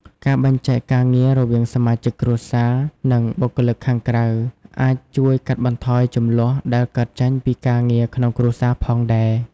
ការបែងចែកការងាររវាងសមាជិកគ្រួសារ និងបុគ្គលិកខាងក្រៅអាចជួយកាត់បន្ថយជម្លោះដែលកើតចេញពីការងារក្នុងគ្រួសារផងដែរ។